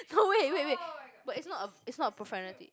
no wait wait wait but it's not a it's not a profanity